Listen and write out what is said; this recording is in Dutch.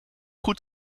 goed